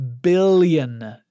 billion